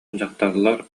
дьахталлар